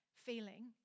Feeling